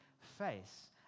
face